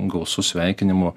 gausu sveikinimų